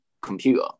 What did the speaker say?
computer